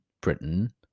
Britain